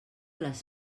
les